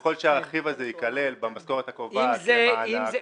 ככל שהרכיב הזה ייכלל במשכורת הקרובה כמענק,